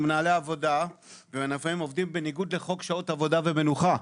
מנהלי העבודה והמנופאים עובדים בניגוד לחוק שעות עבודה ומנוחה.